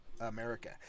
America